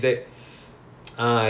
where to go and join lah